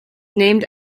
named